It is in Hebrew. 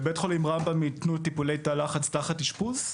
בבית חולים רמב"ם יתנו טיפולי תא לחץ תחת אשפוז?